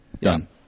Done